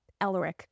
Elric